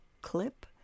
Clip